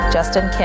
Justin